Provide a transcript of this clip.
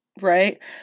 right